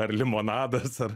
ar limonadas